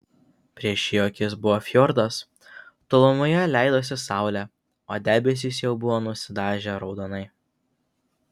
prieš jo akis buvo fjordas tolumoje leidosi saulė o debesys jau buvo nusidažę raudonai